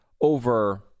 over